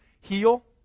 heal